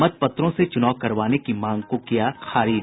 मतपत्रों से चुनाव करवाने की मांग को किया खारिज